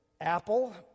apple